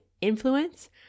influence